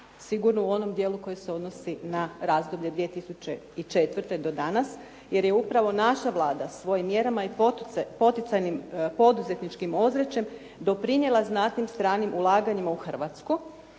sigurno u onom dijelu koje se odnosi na razdoblje 2004. do danas jer je upravo naša Vlada svojim mjerama i poticajnim poduzetničkim ozračjem doprinijela znatnim stranim ulaganjima u Hrvatsku